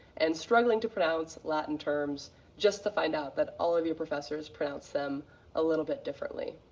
and struggling to pronounce latin terms just to find out that all of your professors pronounce them a little bit differently.